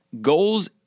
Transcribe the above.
goals